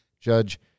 Judge